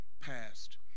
passed